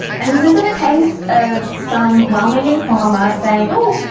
and this isn't a case of some well-meaning farmer saying oh,